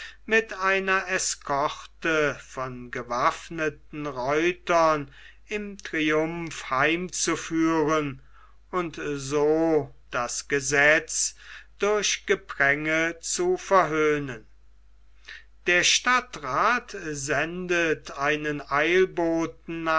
mit einer eskorte von gewaffneten reitern im triumph heimzuführen und so das gesetz durch gepränge zu verhöhnen der stadtrath sendet einen eilboten